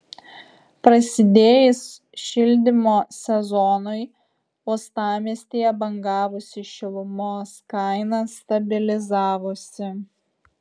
prasidėjus šildymo sezonui uostamiestyje bangavusi šilumos kaina stabilizavosi